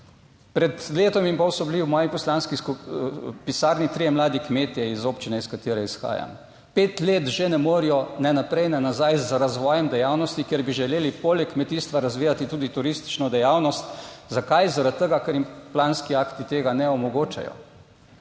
Pred letom in pol so bili v moji poslanski pisarni trije mladi kmetje iz občine, iz katere izhajam. Pet let že ne morejo ne naprej ne nazaj z razvojem dejavnosti, ker bi želeli poleg kmetijstva razvijati tudi turistično dejavnost. Zakaj? Zaradi tega, ker jim planski akti tega ne omogočajo.